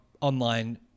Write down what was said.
online